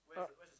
uh